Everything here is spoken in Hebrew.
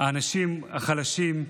האנשים החלשים.